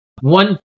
One